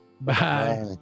Bye